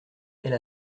elle